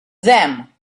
them